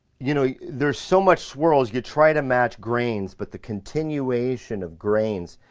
you know, there's so much swirls. you try to match grains, but the continuation of grains,